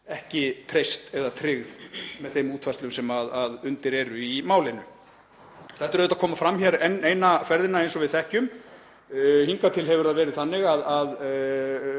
ekki treyst eða tryggð með þeim útfærslum sem undir eru í málinu. Þetta er auðvitað að koma fram enn eina ferðina eins og við þekkjum. Hingað til hefur það verið þannig að